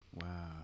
Wow